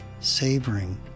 savoring